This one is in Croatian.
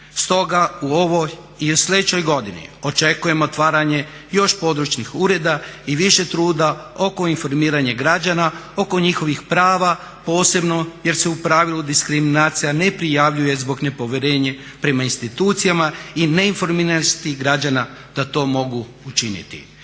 Stoga, u ovoj i u sljedećoj godini očekujem otvaranje još područnih ureda i više truda oko informiranja građana, oko njihovih prava, posebno jer se u pravilu diskriminacija ne prijavljuje zbog nepovjerenja prema institucijama i neinformiranosti građana da to mogu učiniti.